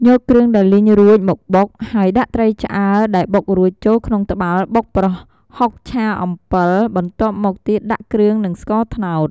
យកគ្រឿងដែលលីងរួចមកបុក ហើយដាក់ត្រីឆ្អើរដែលបុករួចចូលក្នុងត្បាល់បុកប្រហុកឆាអំពិល បន្ទាប់មកទៀតដាក់គ្រឿងនិងស្ករត្នោត។